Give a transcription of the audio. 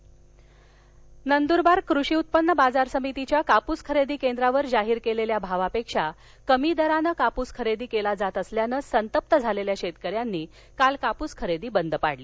कापस नंदरबार नंदुरबार कृषी उत्पन्न बाजार समितीच्या कापूस खरेदी केंद्रावर जाहीर केलेल्या भावापेक्षा कमी दरानं कापूस खरेदी केला जात असल्यानं संतप्त झालेल्या शेतकऱ्यांनी काल कापूस खरेदी बंद पाडली